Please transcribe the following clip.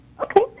Okay